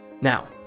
Now